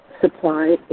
supply